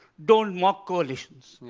don't mock coalitions.